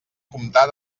comptar